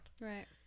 right